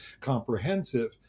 comprehensive